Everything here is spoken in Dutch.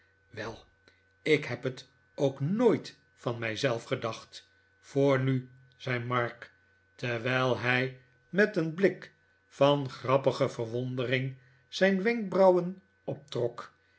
wel ik heb het ook nooit van mij zelf gedacht voor nu zei mark terwijl hij met een blik van grappige verwondering zijn wenkbrauwen optrok